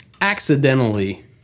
accidentally